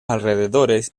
alrededores